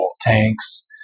tanks